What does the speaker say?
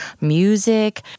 music